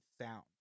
sound